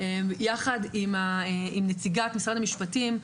יחד עם נציגת משרד המשפטים,